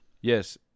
Yes